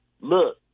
look